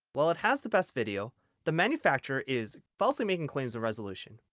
while it has the best video the manufacturer is falsely making claims resolution.